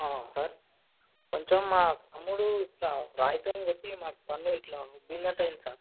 sir కొంచెం మా తమ్ముడు ఇట్లా రాయితోని కొట్టి మా పన్ను ఇట్లా ఉబ్బినట్టయింది సార్